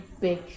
big